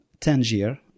Tangier